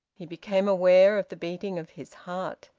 he became aware of the beating of his heart.